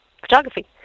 photography